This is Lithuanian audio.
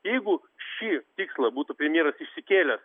jeigu šį tikslą būtų premjeras išsikėlęs